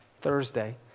Thursday